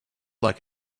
like